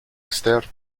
esther